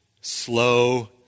slow